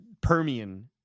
Permian